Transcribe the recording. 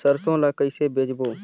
सरसो ला कइसे बेचबो?